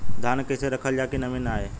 धान के कइसे रखल जाकि नमी न आए?